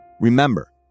Remember